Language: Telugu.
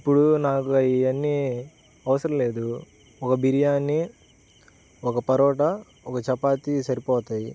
ఇప్పుడు నాకు అవి అన్నీ అవసరం లేదు ఒక బిర్యానీ ఒక పరోటా ఒక చపాతీ సరిపోతాయి